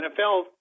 NFL